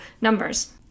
numbers